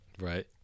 Right